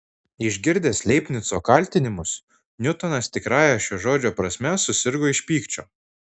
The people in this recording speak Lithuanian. išgirdęs leibnico kaltinimus niutonas tikrąja šio žodžio prasme susirgo iš pykčio